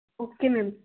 okay ma'am